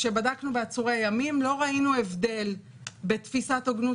כשבדקנו בעצורי ימים לא ראינו הבדל בתפיסת הוגנות